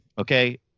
okay